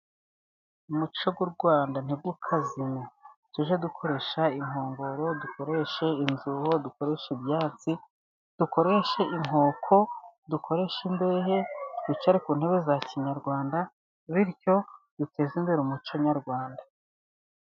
Umuco w'u Rwanda ntukazime. Tujye dukoresha inkongoro, dukoreshe inzuho, dukoresha ibyatsi, dukoreshe inkoko, dukoresha imbehe, twicare ku ntebe za kinyarwanda, bityo duteze imbere umuco nyarwanda.